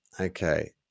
Okay